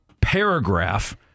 paragraph